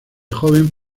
joven